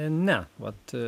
ne vat